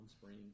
Spring